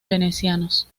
venecianos